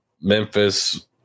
Memphis